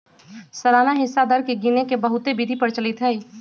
सालाना हिस्सा दर के गिने के बहुते विधि प्रचलित हइ